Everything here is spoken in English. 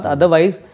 Otherwise